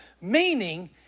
Meaning